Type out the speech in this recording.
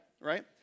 right